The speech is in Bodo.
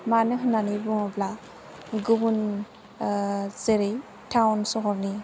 मानो होननानै बुङोब्ला गुबुन जेरै टाउन सहरनि